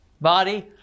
body